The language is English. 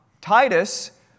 Titus